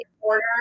order